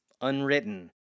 Unwritten